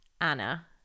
Anna